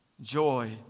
joy